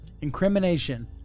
incrimination